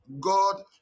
God